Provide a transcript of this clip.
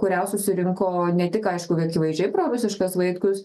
kurią jau surinko ne tik aišku akivaizdžiai prorusiškas vaitkus